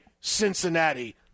Cincinnati